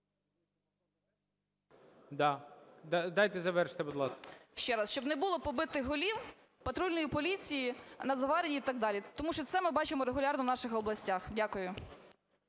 Дайте завершити, будь ласка. БОБРОВСЬКА С.А. Ще раз: щоб не було побитих голів патрульної поліції, Нацгвардії і так далі, тому що це ми бачимо регулярно в наших областях. Дякую.